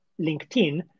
LinkedIn